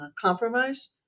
compromise